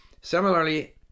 Similarly